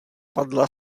padla